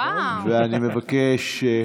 ואני מבקש: